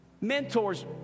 mentors